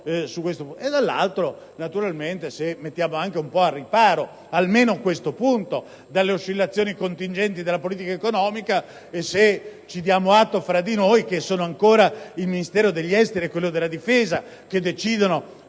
e, dall'altro, naturalmente se mettiamo questo aspetto un po' al riparo dalle oscillazioni contingenti della politica economica e se ci diamo atto fra noi che sono ancora il Ministero degli esteri e quello della difesa che decidono